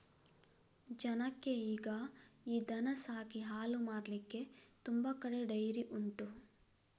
ಜನಕ್ಕೆ ಈಗ ಈ ದನ ಸಾಕಿ ಹಾಲು ಮಾರ್ಲಿಕ್ಕೆ ತುಂಬಾ ಕಡೆ ಡೈರಿ ಉಂಟು